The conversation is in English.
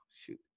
shoot